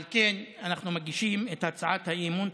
על כן, אנחנו מגישים את הצעת האי-אמון.